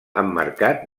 emmarcat